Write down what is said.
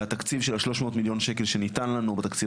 והתקציב של 300 מיליון שקל שניתן לנו בתקציב